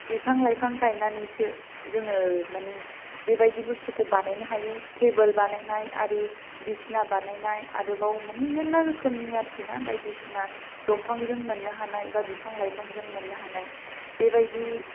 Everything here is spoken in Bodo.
बिफां लाइफां गायनानैसो जोङो मानि बेबायदि बस्थुखौ बानायनो हायो तेबोल बानायनाय आरि बिसिना बानायनाय आरोबाव मानि मेरला रोखोमनि आरोखिना बायदिसिना दंफांजों मोननो हानाय बा बिफां लाइफांजों मोननो हानाय बेबायदि